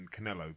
Canelo